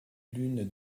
l’une